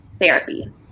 therapy